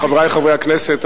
חברי חברי הכנסת,